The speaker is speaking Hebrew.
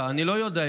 אני לא יודע,